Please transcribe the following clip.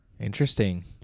Interesting